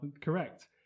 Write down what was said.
Correct